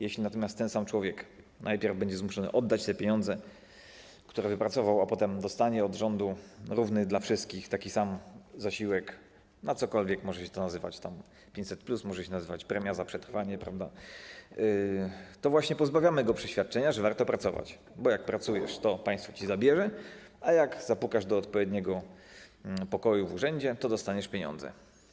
Jeśli natomiast ten sam człowiek najpierw będzie zmuszony oddać te pieniądze, które wypracował, a potem dostanie od rządu równy, taki sam dla wszystkich zasiłek na cokolwiek, może się to nazywać 500+, może się nazywać premią za przetrwanie, to właśnie pozbawiamy go przeświadczenia, że warto pracować, bo jak pracujesz, to państwo ci zabierze, a jak zapukasz do odpowiedniego pokoju w urzędzie, to dostaniesz pieniądze.